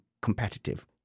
competitive